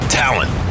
talent